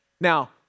Now